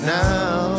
now